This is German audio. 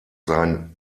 sein